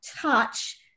touch